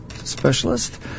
Specialist